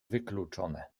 wykluczone